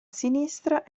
sinistra